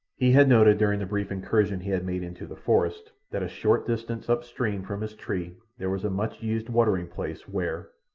he had noted during the brief incursion he had made into the forest that a short distance up-stream from his tree there was a much-used watering place, where,